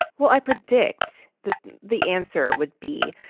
well, i predict that the answer would be,